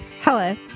Hello